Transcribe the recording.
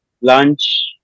lunch